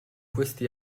questi